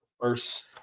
First